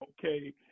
Okay